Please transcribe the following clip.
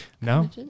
No